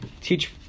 teach